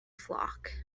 flock